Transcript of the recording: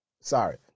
Sorry